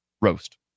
roast